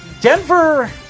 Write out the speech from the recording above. Denver